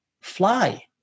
fly